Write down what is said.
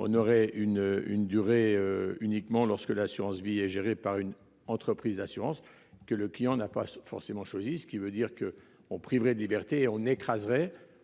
On aurait une une durée. Uniquement lorsque l'assurance vie est géré par une entreprise d'assurances que le client n'a pas forcément choisis, ce qui veut dire que on priverait de liberté on écraserait